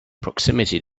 proximity